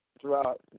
throughout